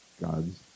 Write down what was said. God's